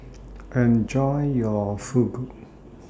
Enjoy your Fugu